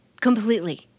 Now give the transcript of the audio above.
Completely